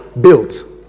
built